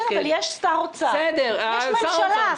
יש שר אוצר, יש ממשלה.